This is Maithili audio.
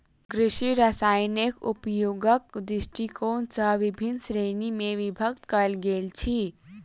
कृषि रसायनकेँ उपयोगक दृष्टिकोण सॅ विभिन्न श्रेणी मे विभक्त कयल गेल अछि